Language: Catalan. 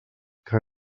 que